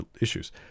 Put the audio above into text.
issues